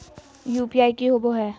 UPI की होबो है?